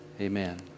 amen